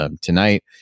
tonight